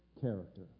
character